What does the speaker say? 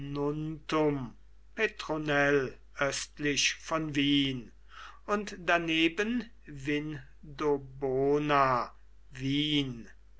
von wien und daneben vindobona wien